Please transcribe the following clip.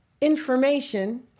information